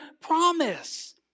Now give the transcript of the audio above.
promise